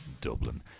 dublin